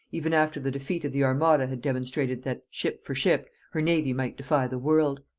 even after the defeat of the armada had demonstrated that, ship for ship, her navy might defy the world!